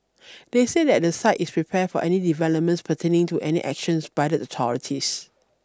they said that the site is prepared for any developments pertaining to any actions by the authorities